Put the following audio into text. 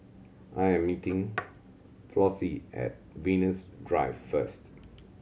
I am meeting Flossie at Venus Drive first